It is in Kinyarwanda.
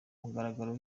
mugaragaro